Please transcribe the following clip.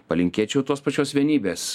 palinkėčiau tos pačios vienybės